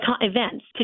events